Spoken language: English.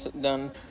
done